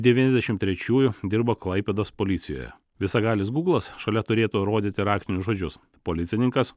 devyniasdešim trečiųjų dirba klaipėdos policijoje visagalis gūglas šalia turėtų rodyti raktinius žodžius policininkas